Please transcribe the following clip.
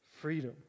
freedom